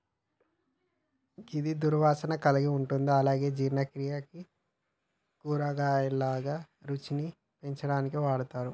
గిది దుర్వాసన కలిగి ఉంటుంది అలాగే జీర్ణక్రియకు, కూరగాయలుగా, రుచిని పెంచడానికి వాడతరు